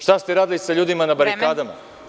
Šta ste radili sa ljudima na barikadama?